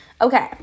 Okay